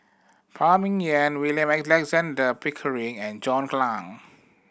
Phan Ming Yen William Alexander Pickering and John Clang